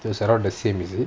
so it's around the same is it